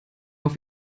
auf